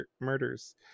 murders